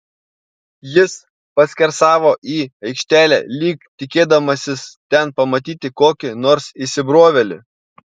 jis paskersavo į aikštelę lyg tikėdamasis ten pamatyti kokį nors įsibrovėlį